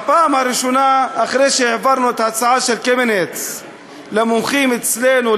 בפעם הראשונה אחרי שהעברנו את ההצעה של קמיניץ למומחים אצלנו,